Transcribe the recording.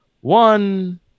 one